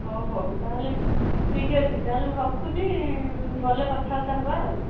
ହଉ ହଉ ତା'ହେଲେ ଠିକ୍ ଅଛି ତା'ହେଲେ ମୁଁ ରଖୁଛି ଗଲେ କଥାବାର୍ତ୍ତା ହେବା ଆଉ